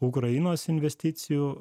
ukrainos investicijų